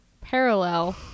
parallel